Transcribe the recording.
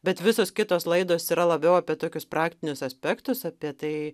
bet visos kitos laidos yra labiau apie tokius praktinius aspektus apie tai